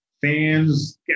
fans